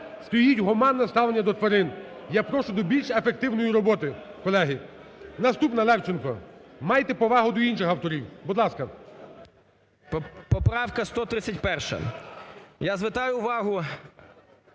стоїть гуманне ставлення до тварин. Я прошу до більш ефективної роботи, колеги. Наступна, Левченко. Майте повагу до інших авторів. Будь ласка. 17:20:32 ЛЕВЧЕНКО Ю.В.